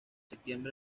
septiembre